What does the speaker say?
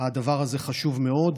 והדבר הזה חשוב מאוד,